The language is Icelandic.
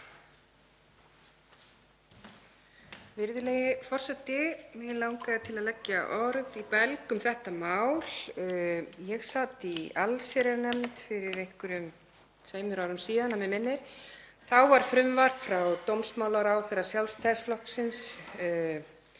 Virðulegi forseti. Mig langaði til að leggja orð í belg um þetta mál. Ég sat í allsherjarnefnd fyrir einhverjum tveimur árum, að mig minnir. Þá var frumvarp frá dómsmálaráðherra Sjálfstæðisflokksins